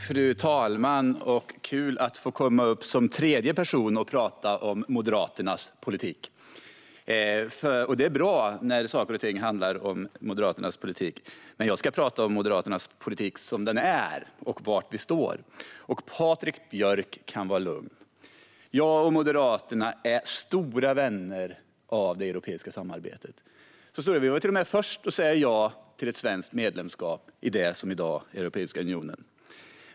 Fru talman! Det är kul att få komma upp som tredje person och prata om Moderaternas politik. Det är bra när saker och ting handlar om Moderaternas politik, men jag ska prata om Moderaternas politik som den är och om var vi står. Patrik Björck kan vara lugn. Jag och Moderaterna är stora vänner av det europeiska samarbetet. Vi var till och med först med att säga ja till ett svenskt medlemskap i det som i dag är Europeiska unionen.